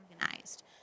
organized